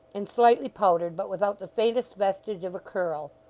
and slightly powdered, but without the faintest vestige of a curl.